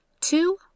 Two